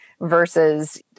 versus